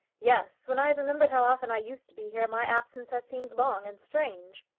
yes when i have remembered how often i used to be here, my absence has seemed long and strange.